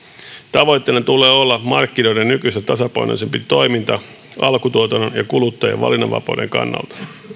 tavoitteena tulee olla markkinoiden nykyistä tasapainoisempi toiminta alkutuotannon ja kuluttajan valinnanvapauden kannalta